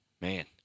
man